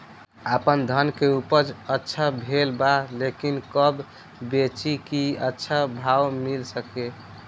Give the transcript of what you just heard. आपनधान के उपज अच्छा भेल बा लेकिन कब बेची कि अच्छा भाव मिल सके?